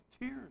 tears